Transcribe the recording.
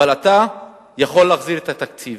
אבל אתה יכול להחזיר את התקציב.